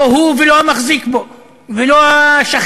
לא הוא ולא המחזיק בו ולא השכן.